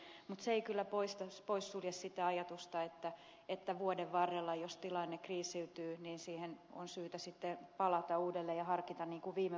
mutta se ei kyllä sulje pois sitä ajatusta että jos vuoden varrella tilanne kriisiytyy niin siihen on syytä sitten palata uudelleen ja harkita niin kuin viime vuonnakin